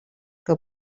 que